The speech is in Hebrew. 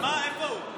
אז מה, איפה הוא?